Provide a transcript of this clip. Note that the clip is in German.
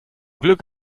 glück